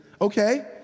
Okay